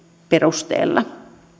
perusteella